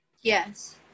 Yes